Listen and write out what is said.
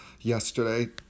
yesterday